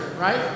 right